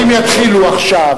אם יתחילו עכשיו